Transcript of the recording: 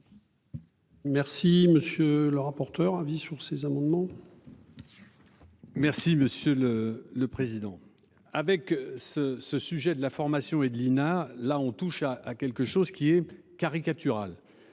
Merci monsieur le rapporteur. Avis sur ces amendements. Bien sûr. Merci monsieur le le président avec ce ce sujet de la formation et de l'INA, là on touche à quelque chose qui est caricatural.